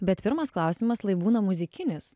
bet pirmas klausimas lai būna muzikinis